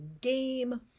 game